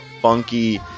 funky